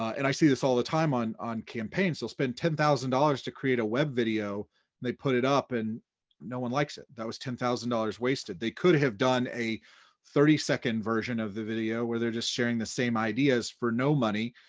and i see this all the time on on campaigns, they'll spend ten thousand dollars to create a web video, and they put it up and no one likes it. that was ten thousand dollars wasted. they could have done a thirty second version of the video where they're just sharing the same ideas for no money,